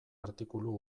artikulu